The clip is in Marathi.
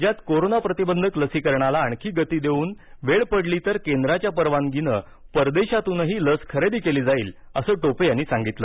राज्यात कोरोना प्रतिबंधक लसीकरणाला आणखी गती देऊन वेळ पडली तर केंद्राच्या परवानगीनं परदेशातूनही लस खरेदी केली जाईल असं टोपे यांनी सांगितलं